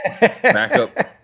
backup